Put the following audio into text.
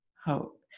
hope